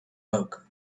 work